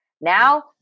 Now